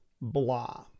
blah